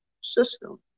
system